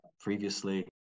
previously